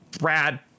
rad